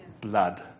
blood